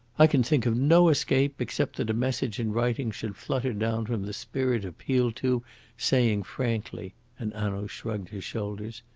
i can think of no escape except that a message in writing should flutter down from the spirit appealed to saying frankly, and hanaud shrugged his shoulders,